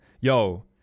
Yo